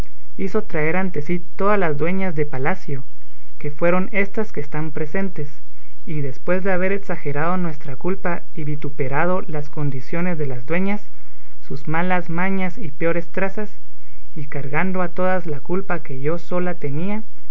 sí todas las dueñas de palacio que fueron estas que están presentes y después de haber exagerado nuestra culpa y vituperado las condiciones de las dueñas sus malas mañas y peores trazas y cargando a todas la culpa que yo sola tenía